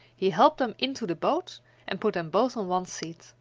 he helped them into the boat and put them both on one seat,